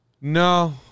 No